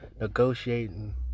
negotiating